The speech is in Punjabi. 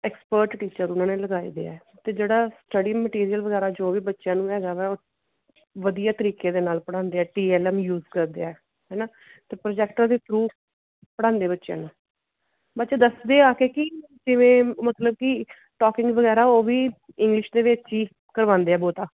ਐਕਸਪਰਟ ਟੀਚਰ ਉਹਨਾਂ ਨੇ ਲਗਾਏ ਵੇ ਹੈ ਅਤੇ ਜਿਹੜਾ ਸਟੱਡੀ ਮਟੀਰੀਅਲ ਵਗੈਰਾ ਜੋ ਵੀ ਬੱਚਿਆਂ ਨੂੰ ਹੈਗਾ ਵਾ ਉਹ ਵਧੀਆ ਤਰੀਕੇ ਦੇ ਨਾਲ ਪੜ੍ਹਾਉਂਦੇ ਹੈ ਟੀ ਐੱਲ ਐੱਮ ਯੂਜ ਕਰਦੇ ਹੈ ਹੈ ਨਾ ਅਤੇ ਪ੍ਰੋਜੈਕਟਰ ਦੇ ਥਰੂ ਪੜ੍ਹਾਉਂਦੇ ਬੱਚਿਆਂ ਨੂੰ ਬੱਚੇ ਦੱਸਦੇ ਆ ਕਿ ਕੀ ਜਿਵੇਂ ਮਤਲਬ ਕਿ ਟੋਕਿੰਗ ਵਗੈਰਾ ਉਹ ਵੀ ਇੰਗਲਿਸ਼ ਦੇ ਵਿੱਚ ਹੀ ਕਰਵਾਉਂਦੇ ਹੈ ਬਹੁਤਾ